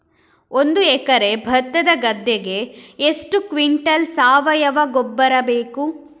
ಒಂದು ಎಕರೆ ಭತ್ತದ ಗದ್ದೆಗೆ ಎಷ್ಟು ಕ್ವಿಂಟಲ್ ಸಾವಯವ ಗೊಬ್ಬರ ಬೇಕು?